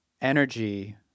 energy